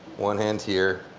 one hand here.